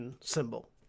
symbol